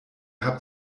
habt